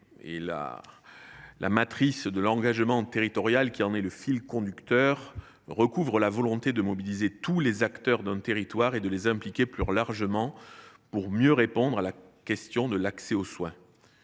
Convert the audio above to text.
La matrice de l’engagement territorial, qui constitue le fil directeur de ce texte, recouvre la volonté de mobiliser tous les acteurs d’un territoire et de les impliquer plus largement, pour mieux répondre à la problématique de l’accès aux soins.